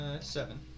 Seven